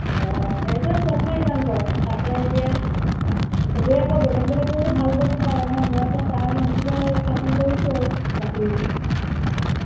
অঁ অঁ সেইটোৱেই চূড়ান্ত সিদ্ধান্ত তাকে এতিয়া সবে আকৌ বেলেগ বেলেগ লোককো ভাল পাব পাৰে নহয় মই এতিয়া তাৰ নামটোকে উত্থাপন কৰিছোঁ আৰু মাতিম বুলি